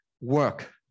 work